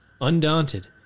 Undaunted